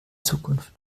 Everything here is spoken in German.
zukunft